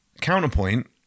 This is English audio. Counterpoint